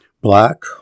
Black